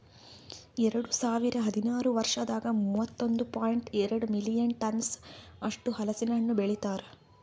ಎರಡು ಸಾವಿರ ಹದಿನಾರು ವರ್ಷದಾಗ್ ಮೂವತ್ತೊಂದು ಪಾಯಿಂಟ್ ಎರಡ್ ಮಿಲಿಯನ್ ಟನ್ಸ್ ಅಷ್ಟು ಹಲಸಿನ ಹಣ್ಣು ಬೆಳಿತಾರ್